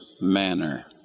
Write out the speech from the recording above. manner